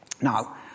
Now